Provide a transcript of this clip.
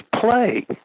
play